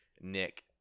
Nick